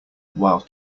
while